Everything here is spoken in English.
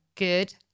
good